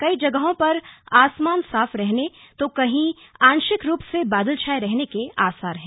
कई जगहों पर आसमान साफ रहने तो कहीं आंशिक रूप से बादल छाए रहने के आसार हैं